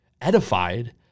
edified